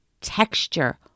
texture